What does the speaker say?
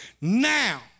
now